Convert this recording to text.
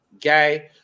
Gay